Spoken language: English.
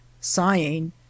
sighing